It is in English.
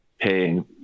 paying